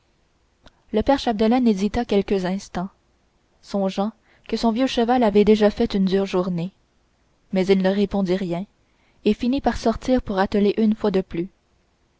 le père chapdelaine hésita quelques instants songeant que son vieux cheval avait déjà fait une dure journée mais il ne répondit rien et finit par sortir pour atteler une fois de plus